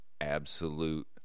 Absolute